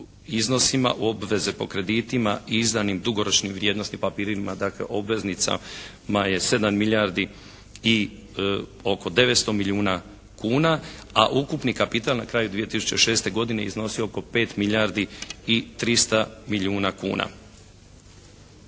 iznosima obveze po kreditima i izdanim dugoročnim vrijednosnim papirima dakle obveznicama je 7 milijardi i oko 900 milijuna kuna. A ukupni kapital na kraju 2006. godine iznosio je oko 5 milijardi i 300 milijuna kuna.